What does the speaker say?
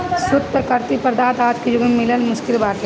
शुद्ध प्राकृतिक पदार्थ आज के जुग में मिलल मुश्किल बाटे